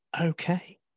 okay